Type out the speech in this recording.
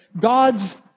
God's